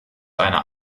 einer